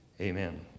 Amen